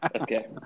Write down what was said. okay